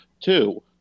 Two